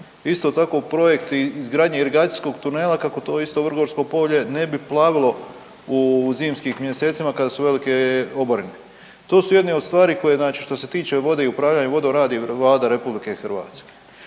Isto tako projekti izgradnje …/Govornik se ne razumije./… tunela kako to isto Vrgorsko polje ne bi plavilo u zimskim mjesecima kada su velike oborine. To su jedni od stvari koji znači što se tiče vode i upravljanja vode radi Vlada RH i zbog